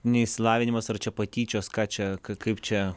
neišsilavinimas ar čia patyčios ką čia kaip čia